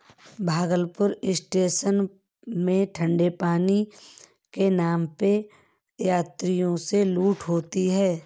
Bhagalpur station में ठंडे पानी के नाम पे यात्रियों से लूट होती है